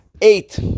eight